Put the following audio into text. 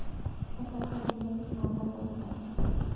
फसल का बीमा किस आधार पर होता है?